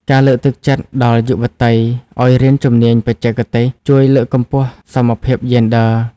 ការលើកទឹកចិត្តដល់យុវតីឱ្យរៀនជំនាញបច្ចេកទេស ជួយលើកកម្ពស់សមភាពយេនឌ័រ។